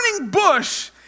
bush